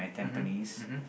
mmhmm mmhmm